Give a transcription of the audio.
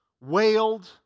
wailed